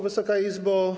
Wysoka Izbo!